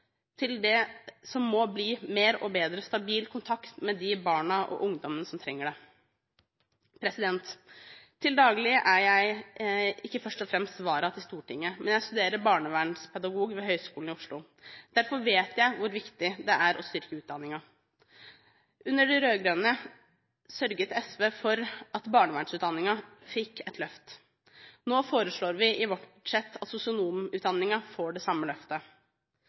til det som må bli bedre og mer stabil kontakt med de barna og ungdommene som trenger det. Til daglig er jeg ikke først og fremst vara til Stortinget, men jeg studerer til barnevernspedagog ved Høgskolen i Oslo. Derfor vet jeg hvor viktig det er å styrke utdanningen. Under de rød-grønne sørget SV for at barnevernsutdanningen fikk et løft. Nå foreslår vi i vårt budsjett at sosionomutdanningen får det samme løftet.